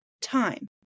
time